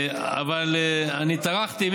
אבל אני טרחתי,